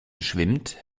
schwimmt